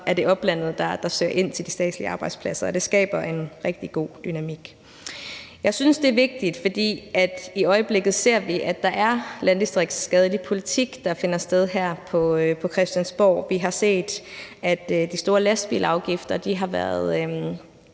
nogle fra oplandet, der søger ind til de statslige arbejdspladser, og det skaber en rigtig god dynamik. Jeg synes, det er vigtigt, fordi vi i øjeblikket ser, at det er en landdistriktsskadelig politik, der finder sted her på Christiansborg. Vi har set, at de store lastbilafgifter har været